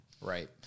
Right